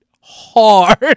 hard